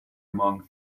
among